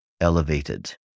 elevated